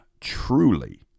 truly